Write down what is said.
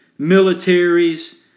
militaries